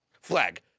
flag